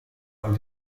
und